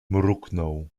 mruknął